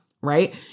right